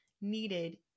needed